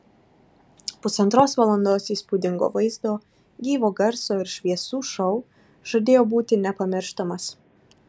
pusantros valandos įspūdingo vaizdo gyvo garso ir šviesų šou žadėjo būti nepamirštamas